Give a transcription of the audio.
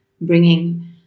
bringing